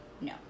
no